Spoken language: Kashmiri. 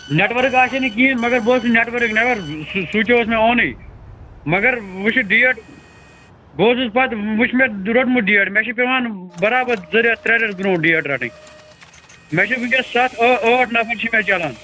نیٹ ؤرٕک آسے نہٕ کِہیٖنٛۍ مگر بہٕ اوسُس نیٹ ؤرٕک نٮ۪بَر سُچ اوس مےٚ آنٕے مگر وۅنۍ چھُ ڈیٹ بہٕ اوسُس پَتہٕ وُچھ مےٚ روٚٹمُت ڈیٹ مےٚ چھِ پٮ۪وان بَرابَر زٕ رٮ۪تھ ترٛےٚ رٮ۪تھ برٛونٛٹھ ڈیٹ رَٹٕنۍ مےٚ چھِ وُنکٮ۪س سَتھ ٲٹھ نَفَر چھِ مےٚ چَلان